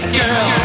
girl